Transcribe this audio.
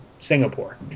Singapore